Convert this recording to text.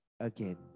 Again